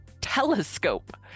Telescope